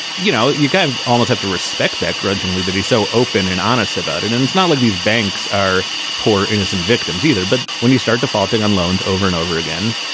you know, you kind of almost have to respect that grudgingly that he's so open and honest about it. and it's not like these banks are poor, innocent victims either. but when you start defaulting on loans over and over again,